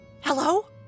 Hello